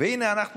והינה אנחנו